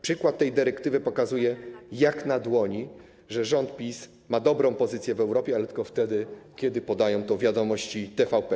Przykład tej dyrektywy pokazuje jak na dłoni, że rząd PiS ma dobrą pozycję w Europie, ale tylko wtedy, kiedy podają to „Wiadomości” TVP.